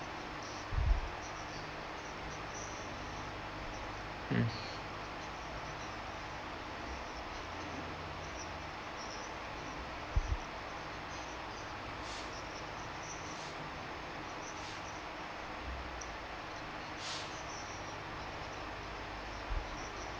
mm